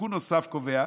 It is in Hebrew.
תיקון נוסף קובע,